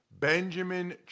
Benjamin